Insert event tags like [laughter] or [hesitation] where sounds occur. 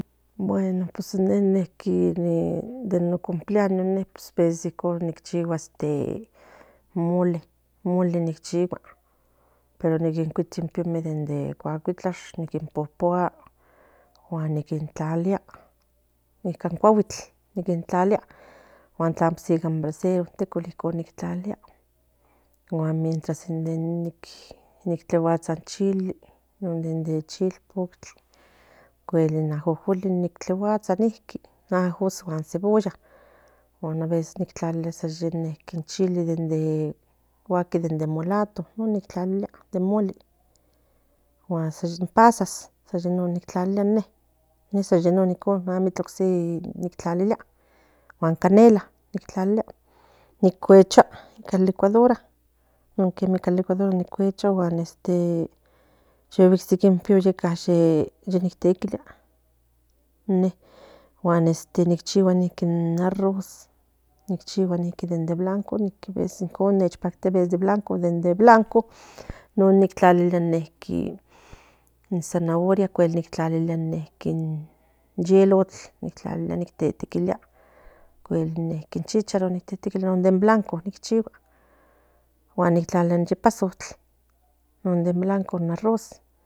Bueno pues nen niqui de non c [hesitation] pleaños veces ichigua in mole pero she kiti in pollo de cuacuitlach guan in tlalia iván cuaguitl in brasero in teco muestras tleguatsa in chile de chipostli o cuel in ajojolin tleguatsa cuali aveces tlalilia in chile de guaki de molato in mole o san de pasas tlalilia in canela icuetsua in licuadora yo guistsi in pollo tequilia ichigua in arroz den blanco in de blanco tlalilia in sanaoria o cuel tlalilia yelok ocuel un chícharo in blanco ichigua in yepasoc non de blanco in arroz